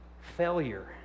failure